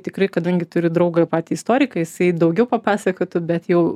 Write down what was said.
tikrai kadangi turiu draugą patį istoriką jisai daugiau papasakotų bet jau